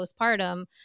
postpartum